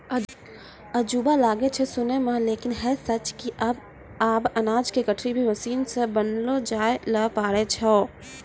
अजूबा लागै छै सुनै मॅ लेकिन है सच छै कि आबॅ अनाज के गठरी भी मशीन सॅ बनैलो जाय लॅ पारै छो